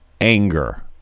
anger